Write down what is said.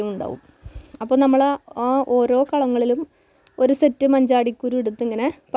ഈ നാടിൻ്റെ സ്പെഷ്യലിറ്റിയാണ് അരിയുണ്ട അവലോസുണ്ട എന്നാണ് അതിന് യഥാർത്ഥത്തിൽ പറയുന്നത്